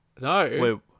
No